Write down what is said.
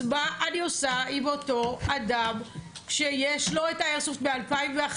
אז מה אני עושה עם אותו אדם שיש לו את האיירסופט מ-2011,